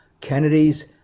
Kennedy's